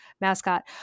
mascot